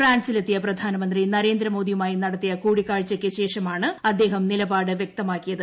ഫ്രാൻസിൽ എത്തിയ പ്രധാനമന്ത്രി നരേന്ദ്രമോദിയുമായി നടത്തിയ കൂടിക്കാഴ്ചയ്ക്ക് ശേഷമാണ് അദ്ദേഹം നിലപാട് വ്യക്തമാക്കിയത്